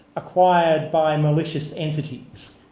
acquired by malicious entities.